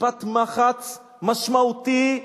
משפט מחץ משמעותי,